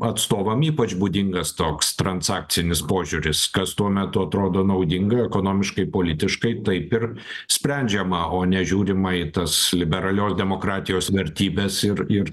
atstovam ypač būdingas toks transakcinis požiūris kas tuo metu atrodo naudinga ekonomiškai politiškai taip ir sprendžiama o nežiūrima į tas liberalios demokratijos vertybes ir ir